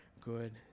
good